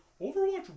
Overwatch